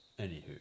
Anywho